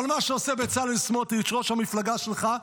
אבל מה שעושה בצלאל סמוטריץ' ראש המפלגה שלך,